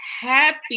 happy